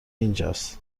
اینجاس